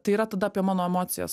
tai yra tada apie mano emocijas